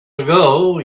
ago